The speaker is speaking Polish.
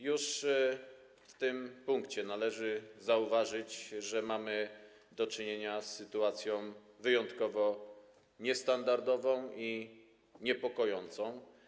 Już w tym punkcie należy zauważyć, że mamy do czynienia z sytuacją wyjątkowo niestandardową i niepokojącą.